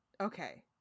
Okay